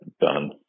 done